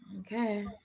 okay